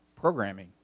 programming